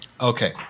Okay